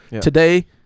Today